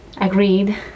Agreed